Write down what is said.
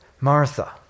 Martha